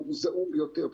הוא זעום ביותר.